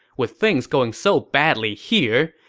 with things going so badly here,